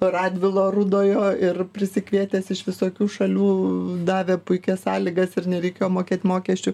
radvilo rudojo ir prisikvietęs iš visokių šalių davė puikias sąlygas ir nereikėjo mokėt mokesčių